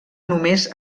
només